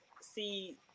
see